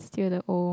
till they're old